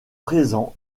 présent